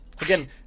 Again